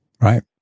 Right